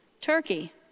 Turkey